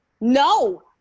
no